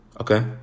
Okay